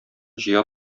җыя